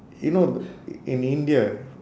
you know in india